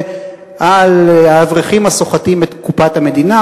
על האברכים הסוחטים את קופת המדינה,